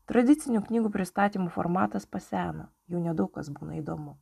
tradicinių knygų pristatymų formatas paseno jau nedaug kas būna įdomu